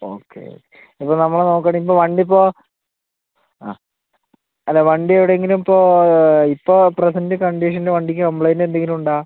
okay ഇപ്പം നമ്മളെ നോക്കുകയാണെങ്കിൽ ഇപ്പം വണ്ടി ഇപ്പോൾ ആ അല്ല വണ്ടി എവിടെ എങ്കിലും ഇപ്പോൾ ഇപ്പോൾ പ്രസൻ്റ് കണ്ടീഷനിൽ വണ്ടിക്ക് കംപ്ലയിൻ്റ് എന്തെങ്കിലും ഉണ്ടോ